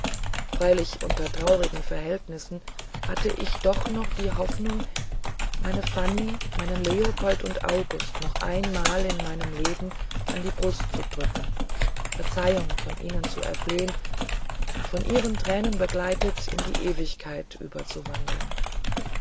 freilich unter traurigen verhältnissen hatte ich doch noch hoffnung meine fanny meinen leopold und august noch einmal in meinem leben an die brust zu drücken verzeihung von ihnen zu erflehen und von ihren tränen begleitet in die ewigkeit